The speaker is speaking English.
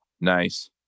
Nice